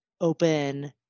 open